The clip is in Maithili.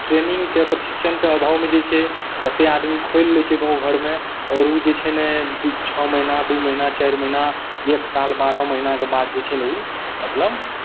ट्रेनिंगके प्रशिक्षणके अभावमे जे छै कतेक आदमी खोलि लै छै गाँव घरमे आओर ओ जे छै ने छओ महीना दू महीना चारि महीना एक साल बारह महीनाके बाद जे छै ने ओ मतलब